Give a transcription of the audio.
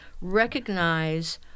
recognize